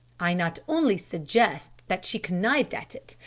i not only suggest that she connived at it,